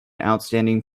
outstanding